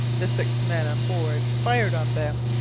the six men on board fired on them,